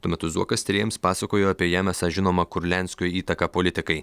tuo metu zuokas tyrėjams pasakojo apie jam esą žinomą kurlianskio įtaką politikai